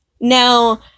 Now